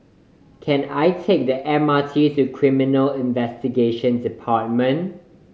can I take the M R T to Criminal Investigation Department